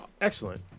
excellent